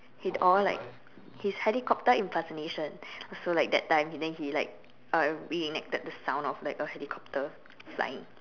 he or like his helicopter impersonation also like that time then he like uh re-enacted the sound of like a helicopter flying